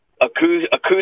acoustic